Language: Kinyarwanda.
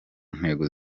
ntego